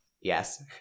Yes